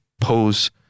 pose